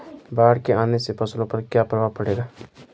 बाढ़ के आने से फसलों पर क्या प्रभाव पड़ेगा?